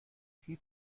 هیچ